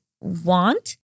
want